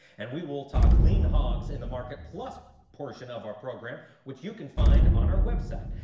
and we will will talk lean hogs in the market plus portion of our program, which you can find on our website.